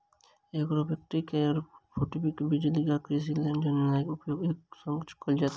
agrovoltaic वा agrophotovoltaic बिजली आ कृषिक लेल जमीनक उपयोग एक संग कयल जाइत छै